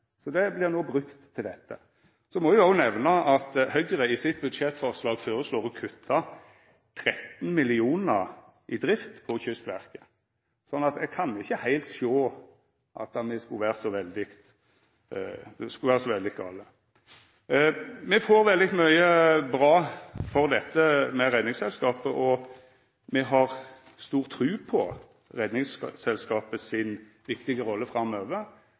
no brukte til dette. Eg må òg nemna at Høgre i sitt budsjettforslag føreslår å kutta 13 mill. kr i drift for Kystverket, så eg kan ikkje heilt sjå at dette skulle vera så veldig gale. Me får veldig mykje bra for dette med Redningsselskapet, og me har stor tru på Redningsselskapet si viktige rolle framover.